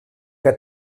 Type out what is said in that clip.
que